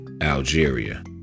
Algeria